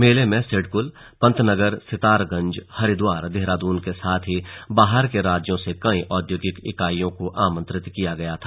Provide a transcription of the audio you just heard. मेले में सिडकुल पंतनगर सितारगंज हरिद्वार देहरादून के साथ ही बाहर के राज्यों से कई औद्योगिक इकाइयों को आमंत्रित किया गया था